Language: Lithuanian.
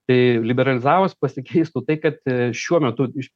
tai liberalizavus pasikeistų tai kad šiuo metu iš